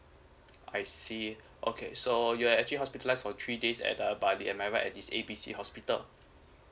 I see okay so you are actually hospitalized for three days at the bali am I right at this A B C hospital